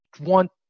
want